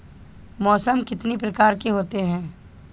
मौसम कितनी प्रकार के होते हैं?